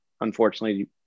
unfortunately